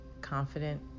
confident